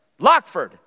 Lockford